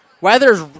Weathers